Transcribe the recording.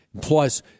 Plus